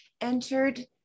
entered